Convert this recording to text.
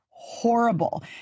horrible